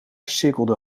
cirkelde